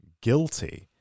guilty